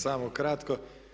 Samo kratko.